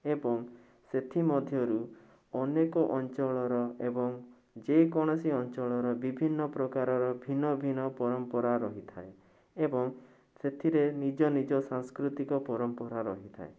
ଏବଂ ସେଥିମଧ୍ୟରୁ ଅନେକ ଅଞ୍ଚଳର ଏବଂ ଯେକୌଣସି ଅଞ୍ଚଳର ବିଭିନ୍ନ ପ୍ରକାରର ଭିନ୍ନ ଭିନ୍ନ ପରମ୍ପରା ରହିଥାଏ ଏବଂ ସେଥିରେ ନିଜନିଜ ସାଂସ୍କୃତିକ ପରମ୍ପରା ରହିଥାଏ